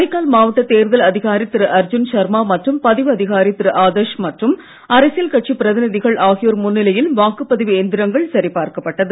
காரைக்கால் மாவட்ட தேர்தல் அதிகாரி திரு அர்ஜூன் ஷர்மா மற்றும் பதிவு அதிகாரி திரு ஆதர்ஷ் மற்றும் அரசியல் கட்சி பிரதிநிதிகள் ஆகியோர் முன்னிலையில் வாக்கு பதிவு எந்திரங்கள் சரிபார்க்கப்பட்டது